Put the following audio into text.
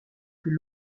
plus